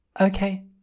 Okay